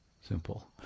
simple